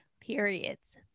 periods